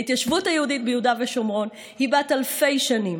ההתיישבות היהודית ביהודה ושומרון היא בת אלפי שנים.